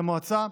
למועצה,